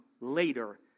later